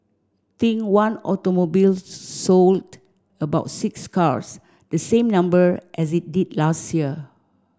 think One Automobile sold about six cars the same number as it did last year